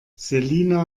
selina